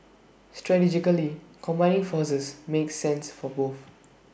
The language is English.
strategically combining forces makes sense for both